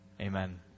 Amen